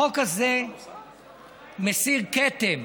החוק הזה מסיר כתם